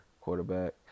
quarterback